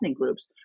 groups